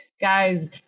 guys